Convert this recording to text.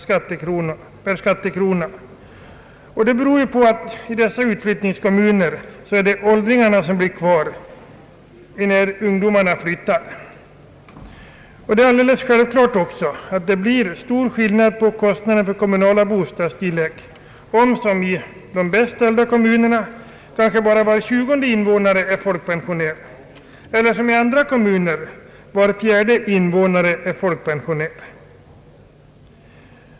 Det beror på att åldringarna stannar kvar när ungdomarna flyttar ut. Det råder stor skillnad beträffande de kommunala bostadstilläggen för olika kommuner, I de bäst ställda kommunerna kanske bara var tjugonde invånare är folkpensionär medan i andra var fjärde invånare är folkpensionär.